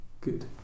good